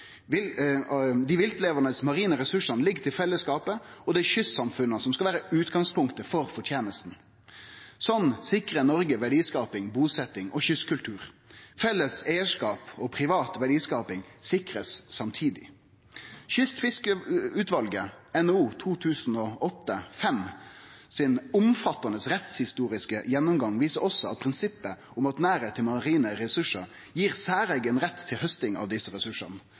Dei viltlevande marine ressursane ligg til fellesskapet, og det er kystsamfunna som skal vere utgangspunktet for fortenesta. Sånn sikrar Noreg verdiskaping, busetjing og kystkultur. Felles eigarskap og privat verdiskaping blir sikra samtidig. Den omfattande rettshistoriske gjennomgangen til Kystfiskeutvalet, NOU 2008:5, viser også at prinsippet om at nærleik til marine ressursar gir særeigen rett til å hauste desse ressursane,